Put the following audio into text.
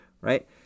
right